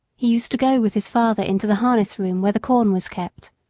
he used to go with his father into the harness-room, where the corn was kept,